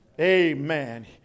Amen